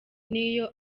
n’iyo